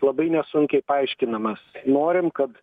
labai nesunkiai paaiškinamas norim kad